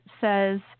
says